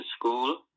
school